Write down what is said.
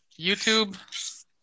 YouTube